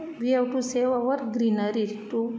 we have to save our greenery to